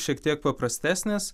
šiek tiek paprastesnės